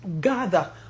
gather